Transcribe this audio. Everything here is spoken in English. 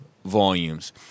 Volumes